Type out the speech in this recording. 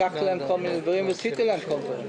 והבטחתי להם כל מיני דברים ועשיתי כל מיני דברים.